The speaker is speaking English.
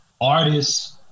artists